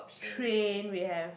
train we have